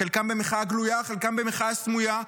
חלקם במחאה גלויה, חלקם במחאה סמויה.